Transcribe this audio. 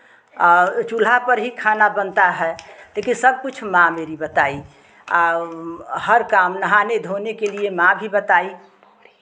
चूल्हा पर ही खाना बनता है लेकिन सब कुछ माँ मेरी बताई औ हर काम नहाने धोने के लिए माँ भी बताई